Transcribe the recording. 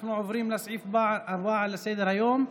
אנחנו עוברים לסעיף הבא שעל סדר-היום,